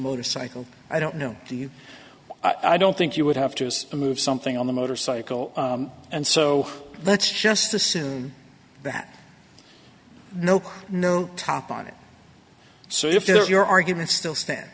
motorcycle i don't know to you i don't think you would have to move something on the motorcycle and so let's just assume that no no top on it so if your argument still stan